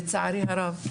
לצערי הרב,